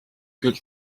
küll